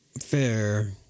Fair